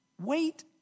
wait